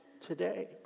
today